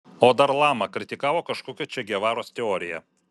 o dar lama kritikavo kažkokio če gevaros teoriją